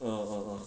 err